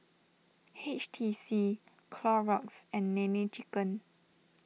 H T C Clorox and Nene Chicken